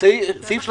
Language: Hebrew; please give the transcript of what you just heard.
סעיף 31,